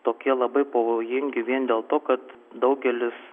tokie labai pavojingi vien dėl to kad daugelis